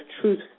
truth